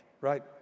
right